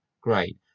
great